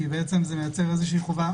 כי זה יוצר חובה,